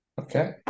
Okay